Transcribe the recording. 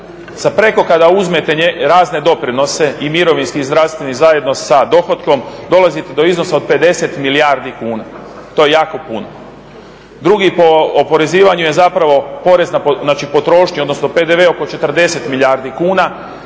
Sada kada uzmete razne doprinose i mirovinski i zdravstveni zajedno sa dohotkom dolazite do iznosa od 50 milijardi kuna, to je jako puno. Drugo oporezivanje je porez na potrošnju odnosno PDV oko 40 milijardi kuna.